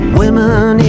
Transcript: women